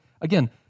Again